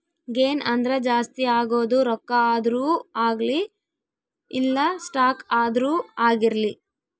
gain ಅಂದ್ರ ಜಾಸ್ತಿ ಆಗೋದು ರೊಕ್ಕ ಆದ್ರೂ ಅಗ್ಲಿ ಇಲ್ಲ ಸ್ಟಾಕ್ ಆದ್ರೂ ಆಗಿರ್ಲಿ